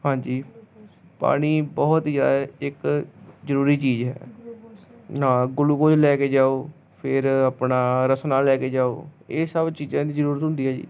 ਹਾਂਜੀ ਪਾਣੀ ਬਹੁਤ ਹੀ ਆ ਇੱਕ ਜ਼ਰੂਰੀ ਚੀਜ਼ ਹੈ ਨਾਲ ਗਲੋਕੋਜ਼ ਲੈ ਕੇ ਜਾਓ ਫਿਰ ਆਪਣਾ ਰਸਨਾ ਲੈ ਕੇ ਜਾਓ ਇਹ ਸਭ ਚੀਜ਼ਾਂ ਦੀ ਜ਼ਰੂਰਤ ਹੁੰਦੀ ਹੈ ਜੀ